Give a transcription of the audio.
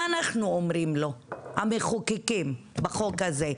מה אנחנו אומרים לו, המחוקקים בחוק הזה?